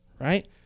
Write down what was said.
right